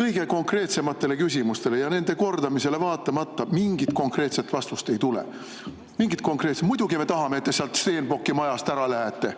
kõige konkreetsematele küsimustele ja nende kordamisele vaatamata mingit konkreetset vastust ei tule. Mitte mingit konkreetset vastust! Muidugi me tahame, et te sealt Stenbocki majast ära läheksite.